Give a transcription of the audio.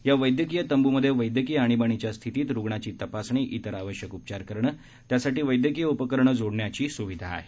या वैद्यकीय तंबूंमध्ये वैद्यकीय आणीबाणीच्या स्थितीत रुग्णाची तपासणी इतर आवश्यक उपचार करणे त्यासाठी वैद्यकीय उपकरणं जोडण्याची सूविधा आहे